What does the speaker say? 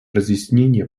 разъяснения